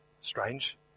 strange